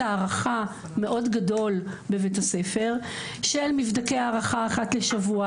הערכה מאוד גדול בבית הספר של מבדקי הערכה אחת לשבוע,